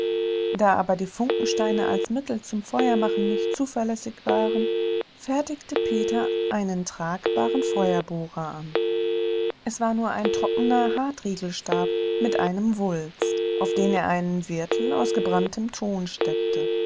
da aber die funkensteine als mittel zum feuermachen nicht zuverlässig waren fertigte peter einen tragbaren feuerbohrer an es war nur ein trockener hartriegelstab mit einem wulst auf den er einen wirtel aus gebranntem ton steckte